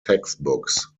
textbooks